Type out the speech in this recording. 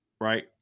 right